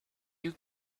you